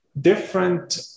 different